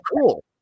cool